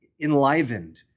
enlivened